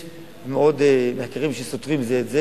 יש מאות מחקרים שסותרים זה את זה,